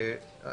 הכול בסדר.